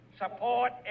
support